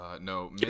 No